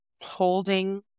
holding